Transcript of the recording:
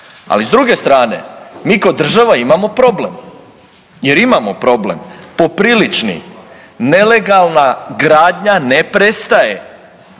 Ali s druge strane mi ko država imamo problem jer imamo problem, poprilični. Nelegalna gradnja ne prestaje,